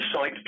site